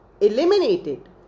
eliminated